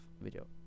video